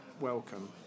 welcome